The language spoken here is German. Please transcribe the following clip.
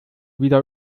wieder